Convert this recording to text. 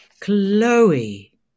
Chloe